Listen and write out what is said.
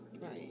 right